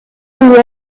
who